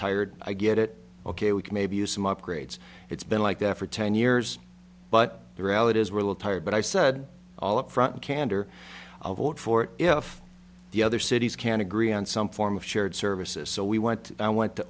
tired i get it ok we could maybe use some upgrades it's been like that for ten years but the reality is real tired but i said all upfront candor i'll vote for it if the other cities can agree on some form of shared services so we went i went to